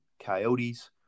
coyotes